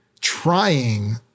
trying